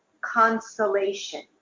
consolation